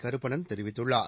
கருப்பணன் தெரிவித்துள்ளார்